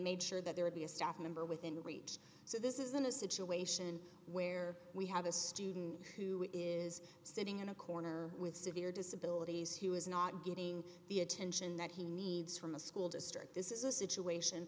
sure that there would be a staff member within reach so this isn't a situation where we have a student who is sitting in a corner with severe disability who is not getting the attention that he needs from a school district this is a situation